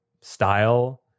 style